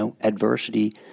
adversity